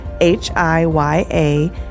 H-I-Y-A